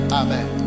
amen